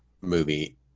movie